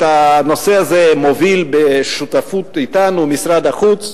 את הנושא הזה מוביל בשותפות אתנו משרד החוץ,